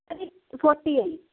husband ਦੀ photo ਹੈ ਜੀ